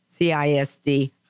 CISD